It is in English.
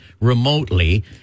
remotely